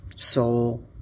Soul